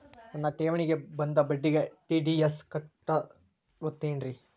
ನನ್ನ ಠೇವಣಿಗೆ ಬಂದ ಬಡ್ಡಿಗೆ ಟಿ.ಡಿ.ಎಸ್ ಕಟ್ಟಾಗುತ್ತೇನ್ರೇ?